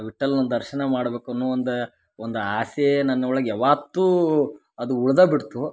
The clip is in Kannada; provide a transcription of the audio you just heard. ವಿಠಲ್ನ ದರ್ಶನ ಮಾಡ್ಬೇಕು ಅನ್ನೋ ಒಂದು ಒಂದು ಆಸೆ ನನ್ನ ಒಳಗೆ ಯಾವಾತ್ತೂ ಅದು ಉಳ್ದಬಿಡ್ತು